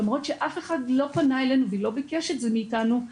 למרות שאף אחד לא פנה אלינו ולא ביקש את זה מאיתנו,